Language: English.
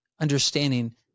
understanding